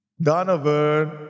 Donovan